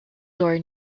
door